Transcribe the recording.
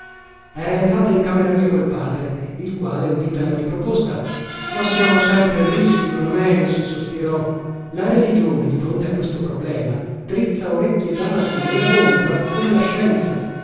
era entrata in camera mia col padre il quale udita la mia proposta ma siamo sempre lì signor meis sospirò la religione di fronte a questo problema drizza orecchie dasino e adombra come la scienza